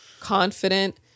confident